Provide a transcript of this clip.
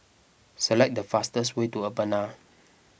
select the fastest way to Urbana